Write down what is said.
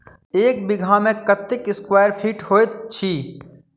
एक बीघा मे कत्ते स्क्वायर फीट होइत अछि?